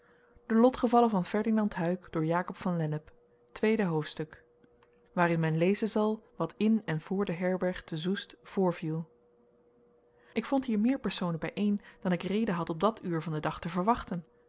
tweede hoofdstuk waarin men lezen zal wat in en voor de herberg te zoest voorviel ik vond hier meer personen bijeen dan ik reden had op dat uur van den dag te verwachten